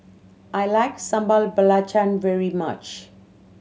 I like Sambal Belacan very much